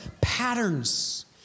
Patterns